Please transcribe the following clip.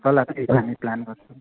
जाने प्लान